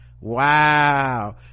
wow